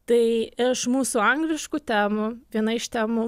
tai iš mūsų angliškų temų viena iš temų